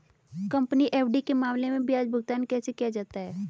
Company FD के मामले में ब्याज भुगतान कैसे किया जाता है?